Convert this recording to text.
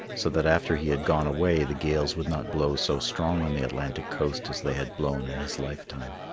so that after he had gone away the gales would not blow so strong on the atlantic coast as they had blown in his lifetime.